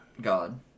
God